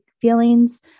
feelings